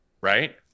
right